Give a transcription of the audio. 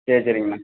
சரி சரிங்கண்ணா